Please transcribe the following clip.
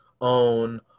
OWN